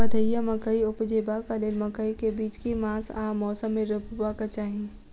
भदैया मकई उपजेबाक लेल मकई केँ बीज केँ मास आ मौसम मे रोपबाक चाहि?